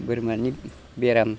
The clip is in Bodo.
बोरमानि बेराम